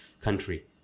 country